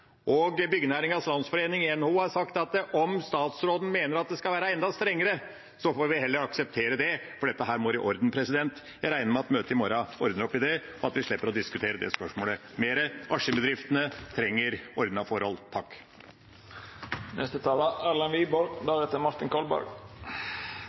Landsforening i NHO har sagt at om statsråden mener at det skal være enda strengere, får de heller akseptere det, for dette må i orden. Jeg regner med at møtet i morgen ordner opp i det, og at vi slipper å diskutere det spørsmålet mer. Askim-bedriftene trenger ordnede forhold.